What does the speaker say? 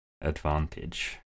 advantage